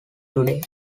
today